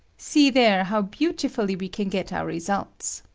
see there how beautifully we can get our re sults.